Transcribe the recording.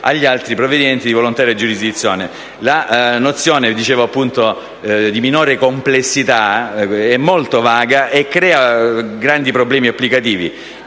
La nozione di minore complessità è molto vaga e crea grandi problemi applicativi.